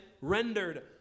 rendered